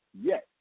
Yes